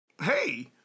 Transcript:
Hey